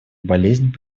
болезнь